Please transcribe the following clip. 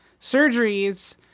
surgeries